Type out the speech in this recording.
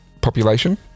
population